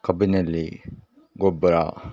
ಕಬ್ಬಿನಲ್ಲಿ ಗೊಬ್ಬರ